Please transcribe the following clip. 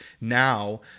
Now